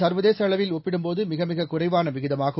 சர்வதேச அளவில் ஒப்பிடும்போது மிக மிக குறைவான விகிதமாகும்